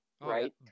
Right